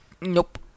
Nope